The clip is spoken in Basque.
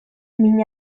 min